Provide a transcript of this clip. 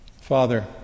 Father